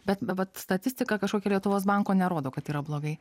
bet vat statistika kažkokia lietuvos banko nerodo kad yra blogai